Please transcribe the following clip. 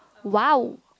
!wow!